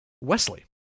wesley